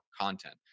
content